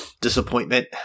disappointment